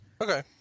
Okay